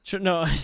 No